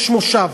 יש מושב,